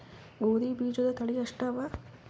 ಗೋಧಿ ಬೀಜುದ ತಳಿ ಎಷ್ಟವ?